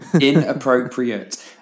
Inappropriate